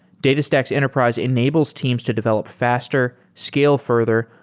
datastax enterprise enables teams to develop faster, scale further,